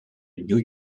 new